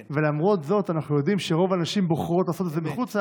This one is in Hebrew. ולמרות זאת אנחנו יודעים שרוב הנשים בוחרות לעשות את זה בחוץ לארץ,